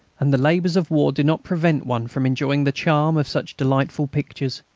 and the labours of war do not prevent one from enjoying the charm of such delightful pictures.